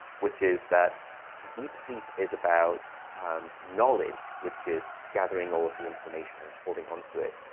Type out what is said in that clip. which is that deep sleep is about um knowledge, which is gathering all of the information and holding on to it.